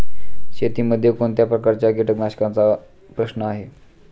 शेतीमध्ये कोणत्या प्रकारच्या कीटकांचा प्रश्न आहे?